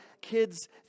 kids